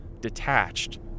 detached